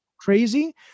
crazy